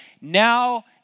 now